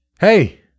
Hey